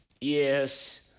yes